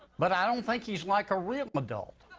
but i don't think he's like a real adult.